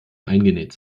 eingenäht